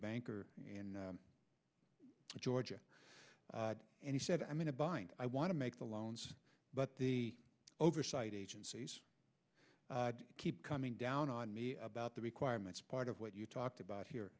banker in georgia and he said i'm in a bind i want to make the loans but the oversight agencies keep coming down on me about the requirements part of what you talked about here